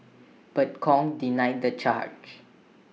but Kong denied the charge